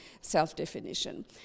self-definition